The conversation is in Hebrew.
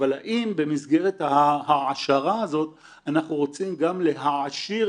אותו דבר בספרייה הלאומית, אותו דבר